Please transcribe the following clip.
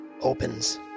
opens